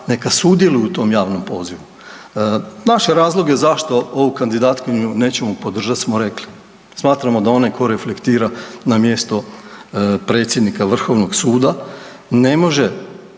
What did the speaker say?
neka sudjeluju u tom javnom pozivu. Naše razloge zašto ovu kandidatkinju nećemo podržati smo rekli. Smatramo da onaj tko reflektira na mjesto predsjednika Vrhovnog suda ne može